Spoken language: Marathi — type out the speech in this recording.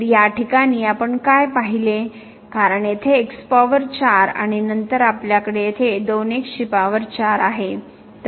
तर या ठिकाणी आपण काय पाहिले कारण येथे x पॉवर 4 आणि नंतर आपल्याकडे येथे 2 x ची पॉवर 4 आहे